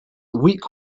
weak